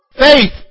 Faith